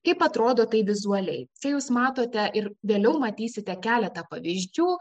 kaip atrodo tai vizualiai čia jūs matote ir vėliau matysite keletą pavyzdžių